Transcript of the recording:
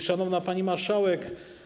Szanowna Pani Marszałek!